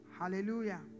Hallelujah